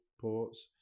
ports